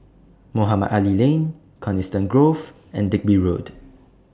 Mohamed Ali Lane Coniston Grove and Digby Road